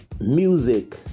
music